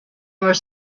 were